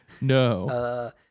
No